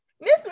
Miss